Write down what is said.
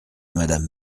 madame